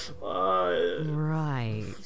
right